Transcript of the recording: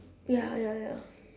ya ya ya